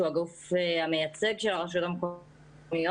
שהוא הגוף המייצג של הרשויות המקומיות,